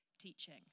teaching